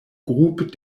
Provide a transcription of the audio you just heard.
groupes